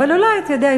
אבל אתה יודע,